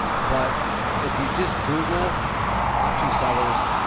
but if you just google optionsellers,